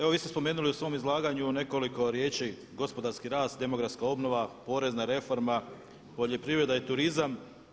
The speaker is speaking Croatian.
Evo vi ste spomenuli u svom izlaganju nekoliko riječi, gospodarski rast, demografska obnova, porezna reforma, poljoprivreda i turizam.